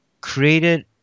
created